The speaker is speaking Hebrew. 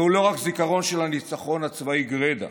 זהו לא רק זיכרון של הניצחון הצבאי גרידא,